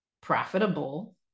profitable